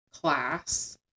class